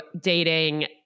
dating